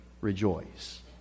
rejoice